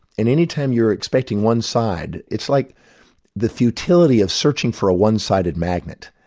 and any time you're expecting one side, it's like the futility of searching for a one-sided magnet.